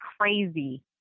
crazy